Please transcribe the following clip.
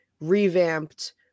revamped